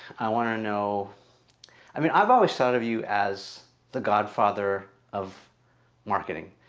i want to know i mean, i've always thought of you as the godfather of marketing,